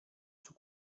suo